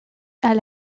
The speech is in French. elle